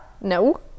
No